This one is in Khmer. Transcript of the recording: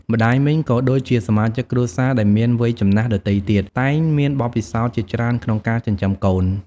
ម្ដាយមីង ក៏ដូចជាសមាជិកគ្រួសារដែលមានវ័យចំណាស់ដទៃទៀត តែងមានបទពិសោធន៍ជាច្រើនក្នុងការចិញ្ចឹមកូន។